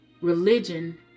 religion